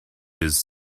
his